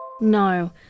No